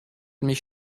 mich